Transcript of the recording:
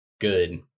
good